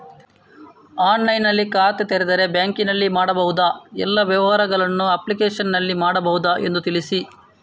ಆನ್ಲೈನ್ನಲ್ಲಿ ಖಾತೆ ತೆರೆದರೆ ಬ್ಯಾಂಕಿನಲ್ಲಿ ಮಾಡಬಹುದಾ ಎಲ್ಲ ವ್ಯವಹಾರಗಳನ್ನು ಅಪ್ಲಿಕೇಶನ್ನಲ್ಲಿ ಮಾಡಬಹುದಾ ಎಂದು ತಿಳಿಸಿ?